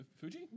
Fuji